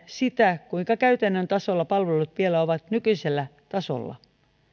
sitä kuinka käytännön tasolla palvelut vielä ovat nykyisellä tasolla